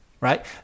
Right